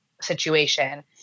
situation